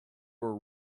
were